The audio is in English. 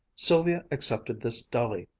sylvia accepted this dully.